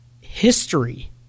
history